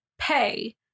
Pay